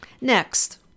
Next